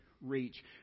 reach